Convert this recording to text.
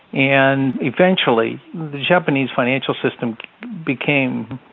and eventually the japanese financial system became